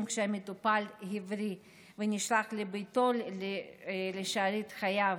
כשהמטופל הבריא ונשלח לביתו לשארית חייו,